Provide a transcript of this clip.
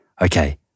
Okay